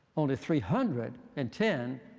only three hundred and ten